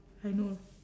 I know